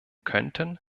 könnten